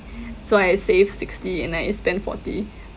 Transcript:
so I save sixty and I spend forty